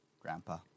grandpa